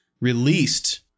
released –